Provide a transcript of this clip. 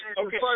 okay